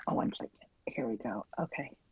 um um like here we go. okay.